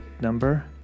number